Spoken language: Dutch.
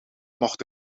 mocht